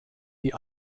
die